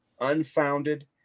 Unfounded